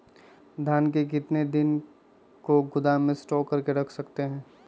धान को कितने दिन को गोदाम में स्टॉक करके रख सकते हैँ?